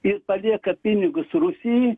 ir palieka pinigus rusijai